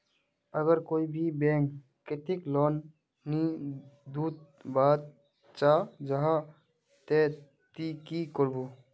अगर कोई भी बैंक कतेक लोन नी दूध बा चाँ जाहा ते ती की करबो?